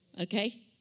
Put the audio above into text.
okay